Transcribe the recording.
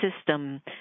system